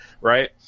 right